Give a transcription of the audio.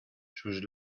sus